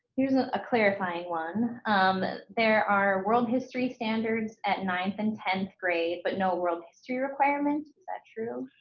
here's a clarifying one there are world history standards at ninth and tenth grade but no world history requirement is that true